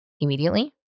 immediately